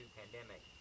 pandemic